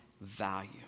value